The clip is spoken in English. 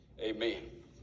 amen